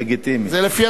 זה לפי התקנון.